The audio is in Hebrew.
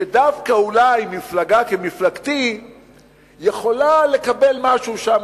שדווקא אולי מפלגה כמפלגתי יכולה לקבל משהו שם,